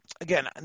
again